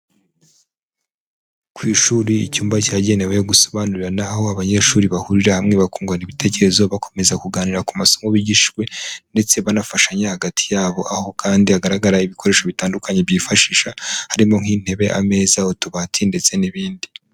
Ku ishuri, icyumba cyagenewe gusobanurira n'ho abanyeshuri bahurira hamwe bakungurana ibitekerezo bakomeza kuganira ku masomo bigishwe ndetse banafashanya hagati yabo, aho kandi hagaraga ibikoresho bitandukanye byifashisha harimo nk'intebe, ameza, utubati ndetse n'ibindi.